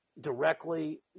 directly